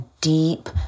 deep